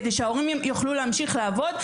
כדי שההורים יוכלו להמשיך לעבוד?